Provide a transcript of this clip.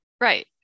Right